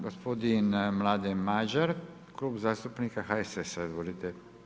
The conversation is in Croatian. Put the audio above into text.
Gospodin Mladen Madjer, Klub zastupnika HSS-a, izvolite.